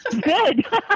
Good